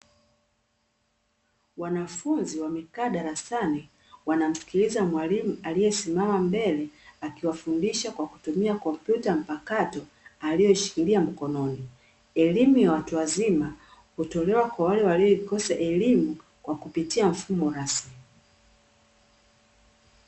Wanafunzi wamekaa darasani, wanamsikiliza mwalimu aliyesimama mbele akiwafundisha kwa kutumia kompyuta mpakato aliyoishikilia mkononi. Elimu ya watu wazima hutolewa kwa wale waliokosa elimu kupitia mfumo rasmi.